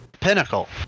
Pinnacle